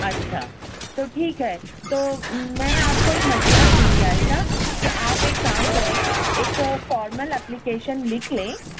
اچھا تو ٹھیک ہے تو میں آپ کو ایک مشورہ دوں گی عائشہ کہ آپ ایک کام کریں ایک فارمل اپلیکیشن لِکھ لیں